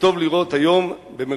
וטוב לראות, היום במרחקים,